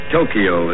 Tokyo